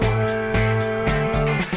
World